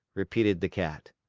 repeated the cat.